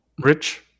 Rich